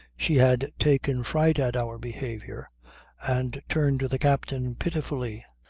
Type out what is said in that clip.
she had taken fright at our behaviour and turned to the captain pitifully.